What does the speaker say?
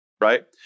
Right